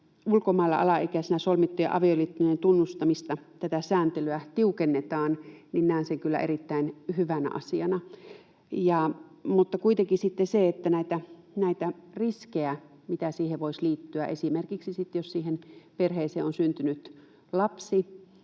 ulkomailla alaikäisenä solmittujen avioliittojen tunnustamisen sääntelyä tiukennetaan, näen kyllä erittäin hyvänä asiana. Kuitenkin sitten näitä riskejä, mitä siihen voisi liittyä, esimerkiksi jos siihen perheeseen on syntynyt lapsi,